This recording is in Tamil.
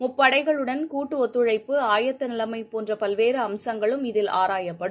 முப்படைகளுடன் கூட்டுஒத்துழைப்பு ஆயத்தநிலைமைபோன்றபல்வேறுஅம்சங்களும் இதில் ஆராயப்படும்